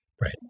Right